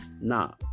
Now